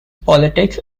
politics